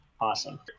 Awesome